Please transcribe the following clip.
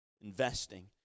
investing